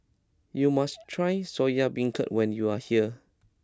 you must try Soya Beancurd when you are here